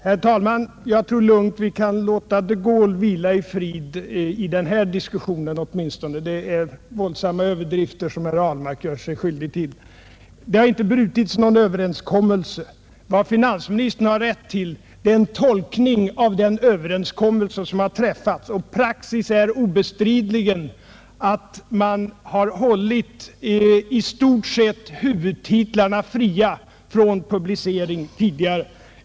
Herr talman! Jag tror att vi lugnt kan låta de Gaulle vila i frid i denna diskussion. Det är våldsamma överdrifter som herr Ahlmark här gör sig skyldig till. Det har inte brutits någon överenskommelse. Finansministern har rätt att göra en tolkning av den överenskommelse som träffats, och praxis är obestridligen att man tidigare i stort sett har hållit huvudtitlarna fria från publicering.